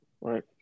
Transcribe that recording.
Right